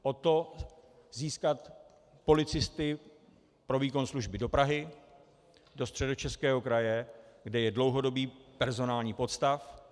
O to, získat policisty pro výkon služby do Prahy, do Středočeského kraje, kde je dlouhodobý personální podstav.